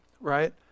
Right